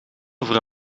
over